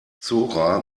zora